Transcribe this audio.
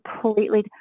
completely